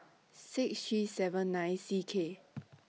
six three seven nine C K